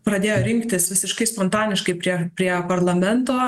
pradėjo rinktis visiškai spontaniškai prie prie parlamento